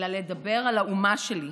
אלא לדבר על האומה שלי,